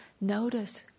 notice